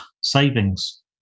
Savings